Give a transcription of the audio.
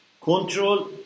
control